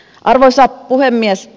arvoisa puhemies